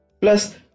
Plus